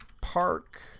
park